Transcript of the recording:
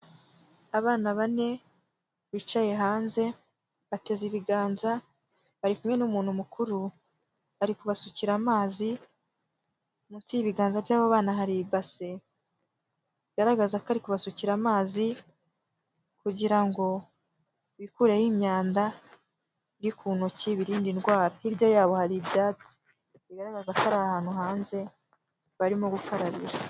Abana bane, bicaye hanze, bateze ibiganza, bari kumwe n'umuntu mukuru, ari kubasukira amazi, munsi y'ibiganza by'abo bana hari ibase, bigaragaza ko ari kubasukira amazi, kugira ngo, bikureho imyanda, iri ku ntoki, birindade indwara. Hirya yaboho hari ibyats. Bigaragaza ko ari ahantu hanze, barimo gukarabira.